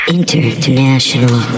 International